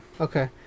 Okay